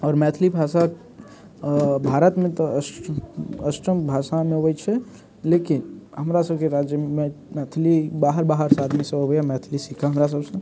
आओर मैथिली भाषा भारतमे तऽ अष्ट अष्टम भाषामे अबैत छै लेकिन हमरा सभकेँ राज्यमे मैथिली बाहर बाहरसे आदमी सभ अबैया मैथिली सिखऽ हमरा सभसँ